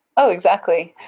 oh, exactly.